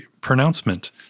pronouncement